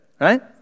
right